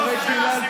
אתה שומע,